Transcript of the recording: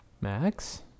Max